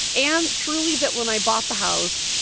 and truly that when i bought the house,